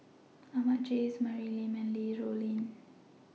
Ahmad Jais Mary Lim and Li Rulin